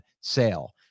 sale